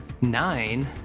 nine